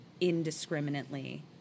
indiscriminately